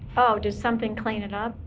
oh, does something clean it up?